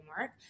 work